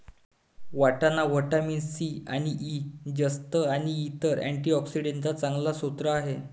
वाटाणा vitamin C आणि E, जस्त आणि इतर अँटीऑक्सिडेंट्सचा चांगला स्रोत आहे